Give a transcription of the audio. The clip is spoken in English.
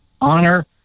honor